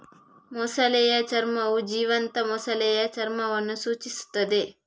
ಮೊಸಳೆಯ ಚರ್ಮವು ಜೀವಂತ ಮೊಸಳೆಯ ಚರ್ಮವನ್ನು ಸೂಚಿಸುತ್ತದೆ